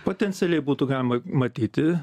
potencialiai būtų galima matyti